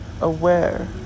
aware